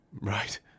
Right